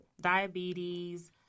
diabetes